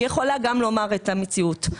היא יכולה גם לומר את המציאות.